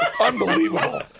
unbelievable